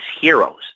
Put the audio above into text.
heroes